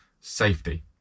safety